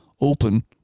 open